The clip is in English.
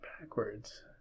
backwards